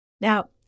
Now